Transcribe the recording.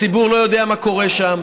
הציבור לא יודע מה קורה שם,